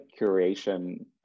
curation